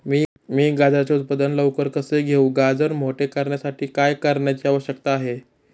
मी गाजराचे उत्पादन लवकर कसे घेऊ? गाजर मोठे करण्यासाठी काय करण्याची आवश्यकता आहे?